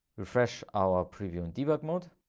refresh our preview in debug mode.